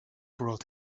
brought